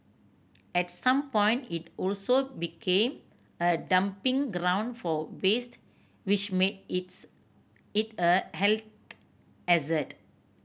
at some point it also became a dumping ground for waste which made its it a health hazard